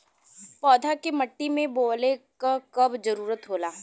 पौधा के मिट्टी में बोवले क कब जरूरत होला